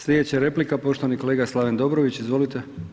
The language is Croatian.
Slijedeća replika poštovani kolega Slaven Dobrović, izvolite.